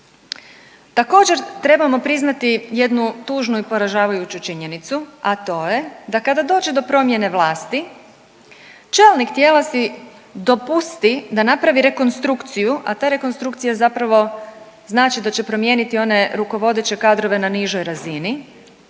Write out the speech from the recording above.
Također trebamo priznati jednu tužnu i poražavajuću činjenicu, a to je da kada dođe do promjene vlasti čelnik tijela si dopusti da napravi rekonstrukciju, a ta rekonstrukcija zapravo znači da će promijeniti one rukovodeće kadrove na nižoj razini